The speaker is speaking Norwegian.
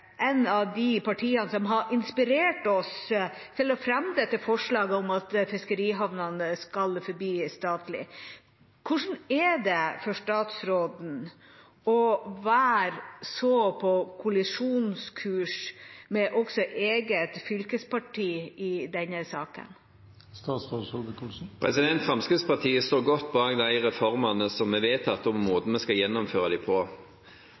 et av de partiene som har inspirert oss til å fremme dette forslaget om at fiskerihavnene skal forbli statlige. Hvordan er det for statsråden å være så på kollisjonskurs med også eget fylkesparti i denne saken? Fremskrittspartiet står godt bak de reformene som er vedtatt, og måten vi skal gjennomføre dem på.